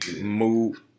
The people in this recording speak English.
Move